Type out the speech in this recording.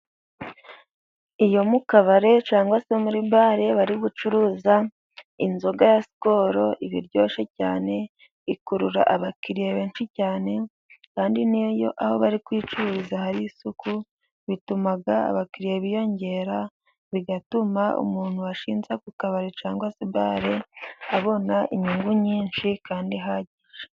Iyo mu kabare cyangwa se muri bare bari gucuruza inzoga ya sikoro ibiryoshye cyane, ikurura abakiriya benshi cyane kandi niyo aho bari kuyicururiza hari isuku, bituma abakiriya biyongera bigatuma umuntu washinze ako kabari cyangwa se bare abona inyungu nyinshi kandi ihagije.